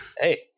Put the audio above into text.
Hey